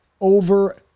over